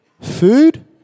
Food